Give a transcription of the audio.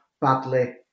badly